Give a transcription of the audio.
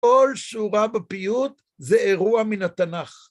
כל שורה בפיוט זה אירוע מן התנך.